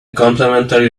complimentary